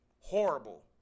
Horrible